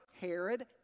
Herod